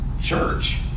church